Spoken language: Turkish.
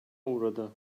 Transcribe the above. uğradı